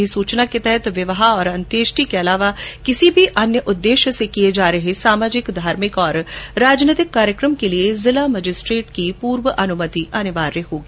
अधिसुचना के तहत विवाह और अंतेष्टी के अलावा किसी भी अन्य उददेश्य से किये जा रहे सामाजिक धार्मिक और राजनीतिक कार्यक्रम के लिये जिला मजिस्ट्रेट की पूर्व अनुमति अनिवार्य होगी